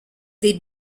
des